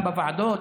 גם בוועדות,